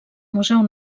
museu